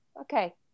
Okay